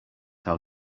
how